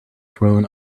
thrown